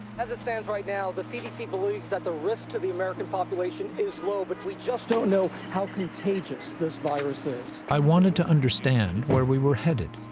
as it stands right now, the cdc believes that the risk to the american population is low. but we just don't know how contagious this virus is. smith i wanted to understand where we were headed.